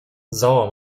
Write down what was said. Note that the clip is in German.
sauer